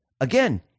Again